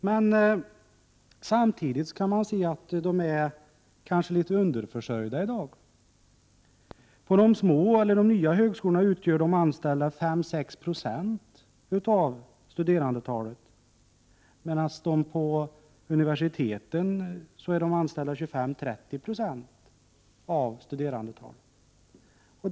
Men samtidigt kan man se att de i dag kanske är litet underförsörjda. Vid de små och nya högskolorna utgör de anställda 5-6 26 av studerandetalet, medan de anställda på universiteten utgör 25-30 96 av studerandetalet.